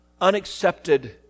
unaccepted